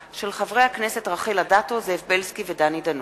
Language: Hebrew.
של חברי הכנסת רחל אדטו, זאב בילסקי ודני דנון.